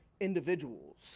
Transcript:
individuals